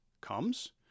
comes